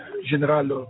général